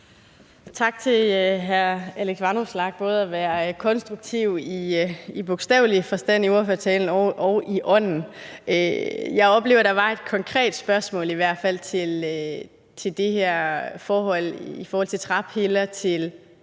Tak til hr. Alex Vanopslagh for både at være konstruktiv i bogstavelig forstand i ordførertalen og i ånden. Jeg oplever, at der var et konkret spørgsmål i hvert fald i forhold til træpiller til